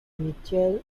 mitchell